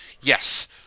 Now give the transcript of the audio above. Yes